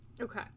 Okay